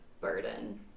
Burden